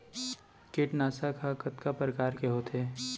कीटनाशक ह कतका प्रकार के होथे?